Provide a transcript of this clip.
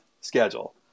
schedule